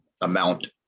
amount